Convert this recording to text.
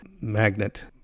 magnet